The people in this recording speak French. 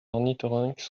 ornithorynques